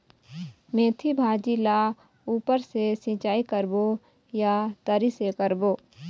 मेंथी भाजी ला ऊपर से सिचाई करबो या तरी से करबो?